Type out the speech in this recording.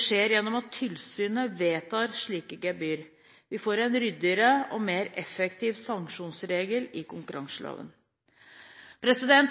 skjer gjennom at tilsynet vedtar slike gebyr. Vi får en ryddigere og mer effektiv sanksjonsregel i konkurranseloven.